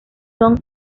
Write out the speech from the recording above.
son